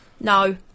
No